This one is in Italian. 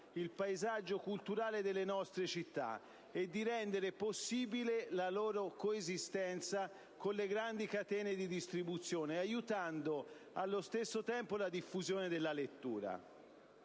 il paesaggio culturale delle nostre città e di rendere possibile la loro coesistenza con le grandi catene di distribuzione, aiutando nel contempo la diffusione della lettura.